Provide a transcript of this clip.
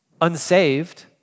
unsaved